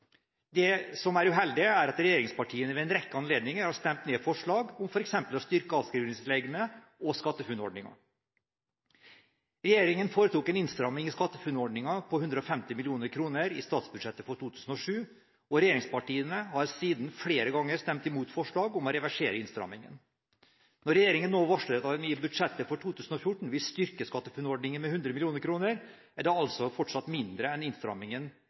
Det som er uheldig, er at regjeringspartiene ved en rekke anledninger har stemt ned forslag om f.eks. å styrke avskrivningsreglene og SkatteFUNN-ordningen. Regjeringen foretok en innstramming i SkatteFUNN-ordningen på 150 mill. kr i statsbudsjettet for 2007, og regjeringspartiene har siden flere ganger stemt imot forslag om å reversere innstrammingen. Når regjeringen nå varsler at den i budsjettet for 2014 vil styrke SkatteFUNN-ordningen med 100 mill. kr, er det altså fortsatt mindre enn innstrammingen